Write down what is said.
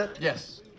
Yes